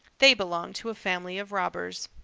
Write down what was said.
they belong to a family of robbers.